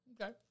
Okay